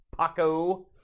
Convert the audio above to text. Paco